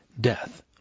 death